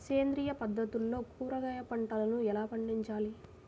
సేంద్రియ పద్ధతుల్లో కూరగాయ పంటలను ఎలా పండించాలి?